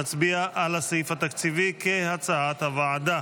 נצביע על הסעיף התקציבי כהצעת הוועדה.